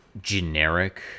generic